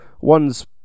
One's